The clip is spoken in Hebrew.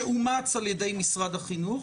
שאומץ על ידי משרד החינוך,